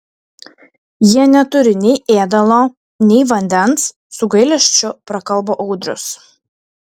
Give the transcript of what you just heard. jie neturi nei ėdalo nei vandens su gailesčiu prakalbo audrius